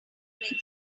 benefit